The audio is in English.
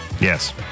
Yes